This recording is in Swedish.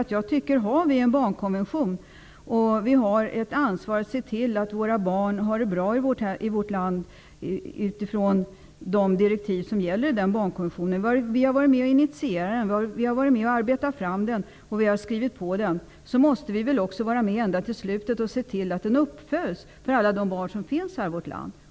Om vi har anslutit oss till en barnkonvention och har ett ansvar, måste vi se till att barn i vårt land har det bra, utifrån de direktiv som gäller i barnkonventionen. Vi har varit med om att initiera barnkonventionen och att arbeta fram den. Vi har också skrivit på den. Då måste vi väl vara med ända till slutet och se till att den följs beträffande alla de barn som finns i vårt land.